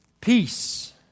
peace